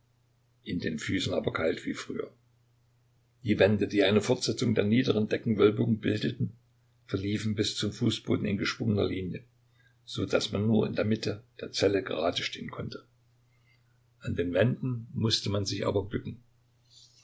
in den füßen aber kalt wie früher die wände die eine fortsetzung der niederen deckenwölbung bildeten verliefen bis zum fußboden in geschwungener linie so daß man nur in der mitte der zelle geradestehen konnte an den wänden mußte man sich aber bücken